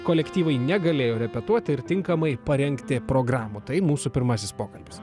kolektyvai negalėjo repetuoti ir tinkamai parengti programų tai mūsų pirmasis pokalbis